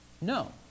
No